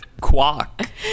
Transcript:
Quack